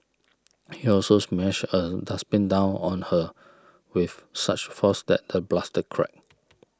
he also smashed a dustbin down on her with such force that the plastic cracked